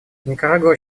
никарагуа